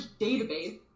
database